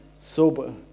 sober